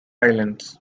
islands